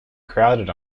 crowded